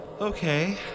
Okay